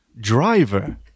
Driver